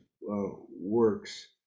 works